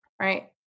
Right